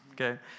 okay